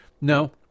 no